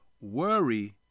Worry